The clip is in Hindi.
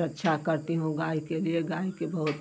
रक्षा करती हूँ गाय के लिए गाय के बहुत